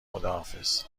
خداحافظ